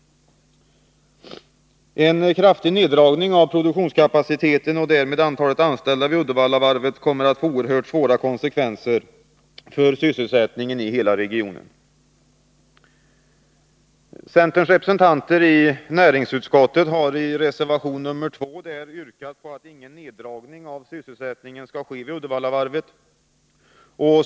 En kraftig neddragning av produktionskapaciteten och därmed antalet anställda vid Uddevallavarvet kommer att få oerhört svåra konsekvenser för sysselsättningen i hela regionen. Centerns representanter i näringsutskottet har i reservation nr 2 yrkat på attingen neddragning av sysselsättningen skall ske vid Uddevallavarvet.